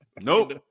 Nope